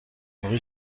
rue